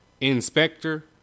Inspector